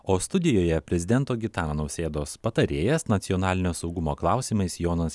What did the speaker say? o studijoje prezidento gitano nausėdos patarėjas nacionalinio saugumo klausimais jonas